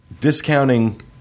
discounting